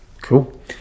Cool